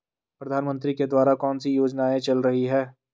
प्रधानमंत्री के द्वारा कौनसी योजनाएँ चल रही हैं?